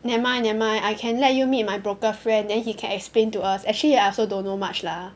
never mind never mind I can let you meet my broker friend then he can explain to us actually I also don't know much lah